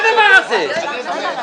גפני,